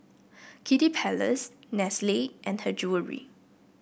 Kiddy Palace Nestle and Her Jewellery